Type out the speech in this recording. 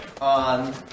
on